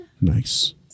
Nice